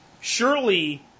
surely